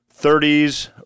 30s